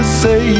say